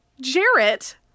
Jarrett